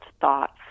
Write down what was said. thoughts